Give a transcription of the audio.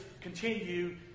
continue